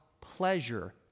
pleasure